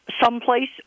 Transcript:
someplace